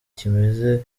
kimeze